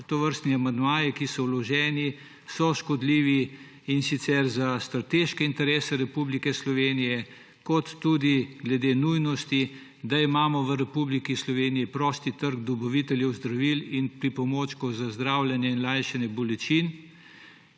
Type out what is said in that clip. tovrstni amandmaji, ki so vloženi, so škodljivi, in sicer za strateške interese Republike Slovenije ter tudi glede nujnosti, da imamo v Republiki Sloveniji prosti trg dobaviteljev zdravil in pripomočkov za zdravljenje in lajšanje bolečin